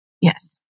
Yes